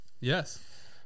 Yes